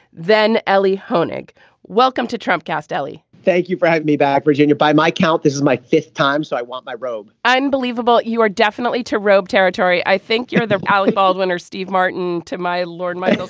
then ellie hoenig welcome to trump castelli thank you for having me back. virginia by my count this is my fifth time. so i want my robe unbelievable. you are definitely too robe territory. i think you're there alec baldwin or steve martin. to my lord my.